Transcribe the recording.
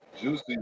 juicy